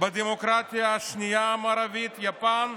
בדמוקרטיה המערבית השנייה, יפן,